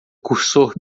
cursor